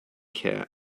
cat